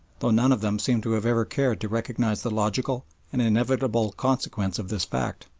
though none of them seem to have ever cared to recognise the logical and inevitable consequence of this fact.